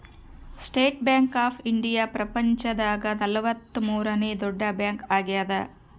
state Bank of India ಪ್ರಪಂಚ ದಾಗ ನಲವತ್ತ ಮೂರನೆ ದೊಡ್ಡ ಬ್ಯಾಂಕ್ ಆಗ್ಯಾದ